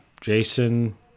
Jason